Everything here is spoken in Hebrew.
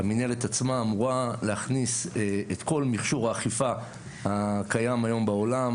המנהלת עצמה אמורה להכניס את כל מכשור האכיפה הקיים היום בעולם,